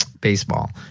baseball